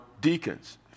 deacons